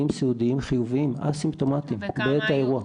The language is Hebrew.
סיעודיים חיוביים אסימפטומטיים בעת האירוע.